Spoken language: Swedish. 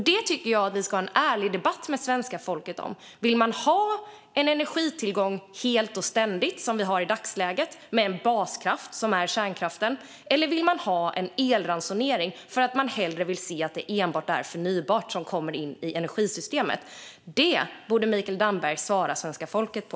Detta tycker jag att vi ska ha en ärlig debatt om med svenska folket: Vill man ha en hel och ständig energitillgång, som i dagsläget, med kärnkraften som baskraft - eller vill man ha elransonering för att man hellre vill ha enbart förnybar el i energisystemet? Den frågan borde Mikael Damberg svara svenska folket på.